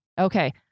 Okay